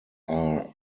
are